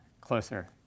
closer